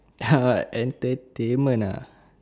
ha entertainment ah